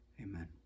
Amen